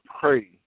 pray